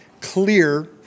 clear